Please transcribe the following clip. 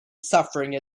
suffering